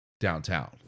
downtown